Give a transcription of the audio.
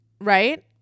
right